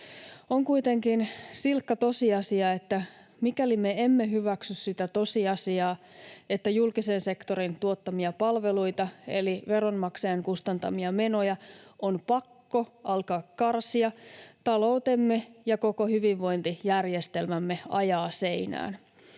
On kuitenkin silkka tosiasia, että mikäli me emme hyväksy sitä tosiasiaa, että julkisen sektorin tuottamia palveluita, eli veronmaksajien kustantamia menoja, on pakko alkaa karsia, taloutemme ja koko hyvinvointijärjestelmämme ajaa seinään.